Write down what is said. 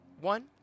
one